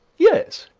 yes,